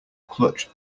clutch